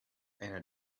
einer